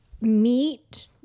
Meat